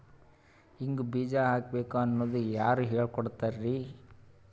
ಹಿಂಗ್ ಬೀಜ ಹಾಕ್ಬೇಕು ಅನ್ನೋದು ಯಾರ್ ಹೇಳ್ಕೊಡ್ತಾರಿ?